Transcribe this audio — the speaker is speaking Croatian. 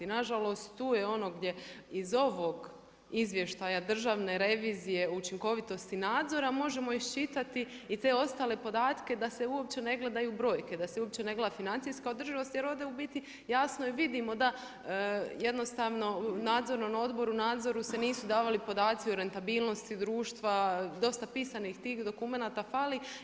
Nažalost, tu je ono gdje iz ovog izvještaja Državne revizije učinkovitosti nadzora, možemo iščitati i te ostale podatke, da se uopće ne gledaju brojke, da se uopće ne gleda financijska održivost, jer ovdje u biti jasno vidimo da jednostavno u nadzornom odboru u nadzoru se nisu davali podaci o rentabilnosti društva, dosta pisanih tih dokumenata fali.